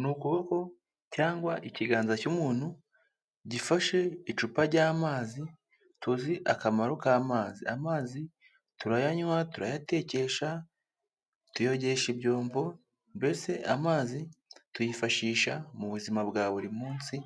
Ni ukuboko cyangwa ikiganza cy'umuntu gifashe icupa ry'amazi, tuzi akamaro k'amazi. Amazi turayanywa, turayatekesha, tuyogesha ibyombo, mbese amazi tuyifashisha mu buzima bwa buri munsi